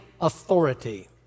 authority